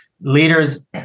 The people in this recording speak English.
Leaders